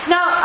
Now